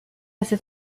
cet